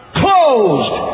closed